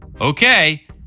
Okay